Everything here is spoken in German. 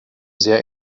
sehr